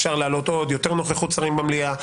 אפשר להעלות עוד: יותר נוכחות שרים במליאה,